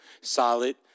Solid